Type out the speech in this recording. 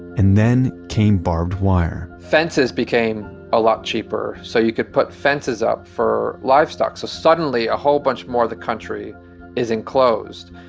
and then came barbed wire fences became a lot cheaper. so you could put fences up for livestock so suddenly a whole bunch more the country is enclosed.